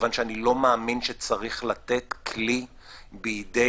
כיוון שאני לא מאמין שצריך לתת כלי בידי